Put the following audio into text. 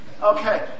Okay